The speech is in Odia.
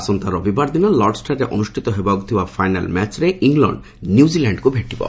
ଆସନ୍ତା ରବିବାର ଦିନ ଲର୍ଡ଼ସ୍ଠାରେ ଅନୁଷ୍ଠିତ ହେବାକୁ ଥିବା ଫାଇନାଲ୍ ମ୍ୟାଚ୍ରେ ଇଂଲଣ୍ଡ ନ୍ୟୁଜିଲ୍ୟାଣ୍ଡକୁ ଭେଟିବ